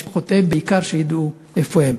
משפחותיהם בעיקר ידעו איפה הם.